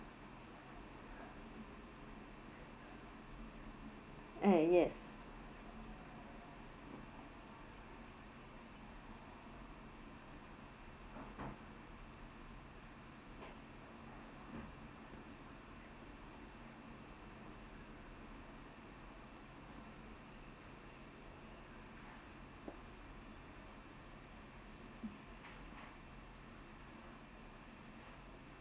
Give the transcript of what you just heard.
eh yes